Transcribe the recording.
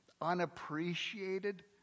unappreciated